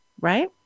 Right